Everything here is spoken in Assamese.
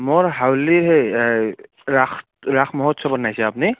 মোৰ হাউলি সেই ৰাস ৰাস মহোৎসৱত নাহিছে আপুনি